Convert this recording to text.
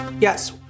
Yes